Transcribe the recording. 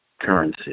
currency